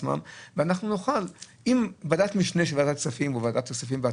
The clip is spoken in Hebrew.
ואז עם ועדת משנה של ועדת כספים או